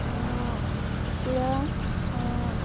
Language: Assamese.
কুকুৰা